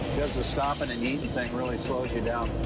cause the stopping and eating thing really slows you down.